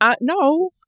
no